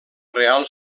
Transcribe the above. reial